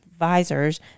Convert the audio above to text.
advisors